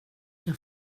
jag